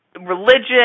religion